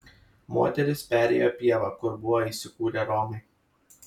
moterys perėjo pievą kur buvo įsikūrę romai